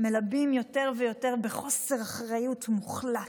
מלבים יותר ויותר, בחוסר אחריות מוחלט,